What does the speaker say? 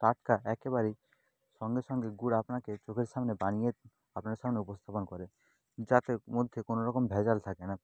টাটকা একেবারেই সঙ্গে সঙ্গে গুড় আপনাকে চোখের সামনে বানিয়ে আপনার সামনে উপস্থাপন করে যাতের মধ্যে কোনো রকম ভেজাল থাকে না